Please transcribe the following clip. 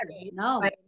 no